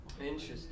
Interesting